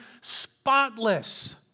spotless